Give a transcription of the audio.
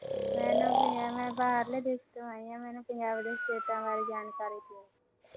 ਮੈਨੂੰ ਪੰਜਾ ਮੈਂ ਬਾਹਰਲੇ ਦੇਸ਼ ਤੋਂ ਆਈ ਹਾਂ ਮੈਨੂੰ ਪੰਜਾਬ ਦੇ ਸਟੇਟਾਂ ਬਾਰੇ ਜਾਣਕਾਰੀ ਦਿਓ